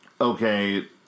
okay